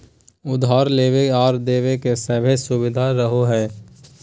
उधार लेबे आर देबे के सभै सुबिधा रहो हइ